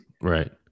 right